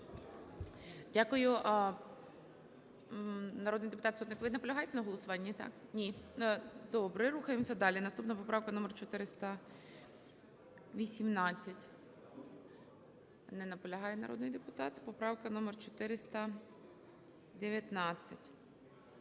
Дякую. Народний депутат Сотник, ви наполягаєте на голосуванні, так? Ні. Добре, рухаємось далі. Наступна поправка номер 418. Не наполягає народний депутат. Поправка номер 419.